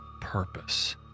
purpose